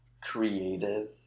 creative